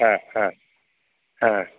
ह ह ह